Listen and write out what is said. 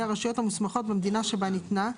הרשויות המוסמכות במדינה שבה ניתנה,